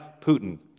Putin